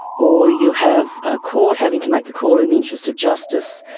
or you have a court having to make the call in the interests of justice,